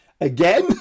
Again